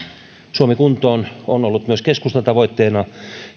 suomi kuntoon on ollut myös keskustan tavoitteena